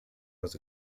was